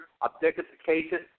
objectification